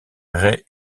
ray